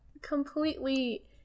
completely